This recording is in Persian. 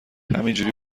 همینجوری